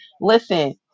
listen